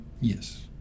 Yes